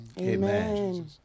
Amen